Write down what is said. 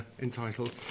entitled